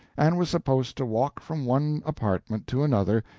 and was supposed to walk from one apartment to another,